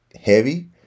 heavy